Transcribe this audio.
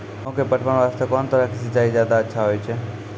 गेहूँ के पटवन वास्ते कोंन तरह के सिंचाई ज्यादा अच्छा होय छै?